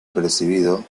percibido